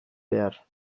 behar